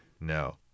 No